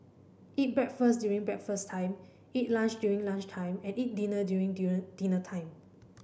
eat breakfast during breakfast time eat lunch during lunch time and eat dinner during dinner time